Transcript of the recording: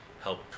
help